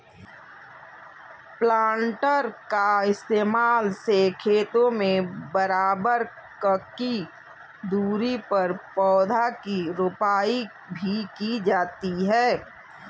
planter का इस्तेमाल से खेतों में बराबर ककी दूरी पर पौधा की रोपाई भी की जाती है